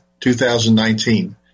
2019